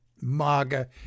MAGA